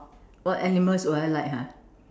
what animals do I like ha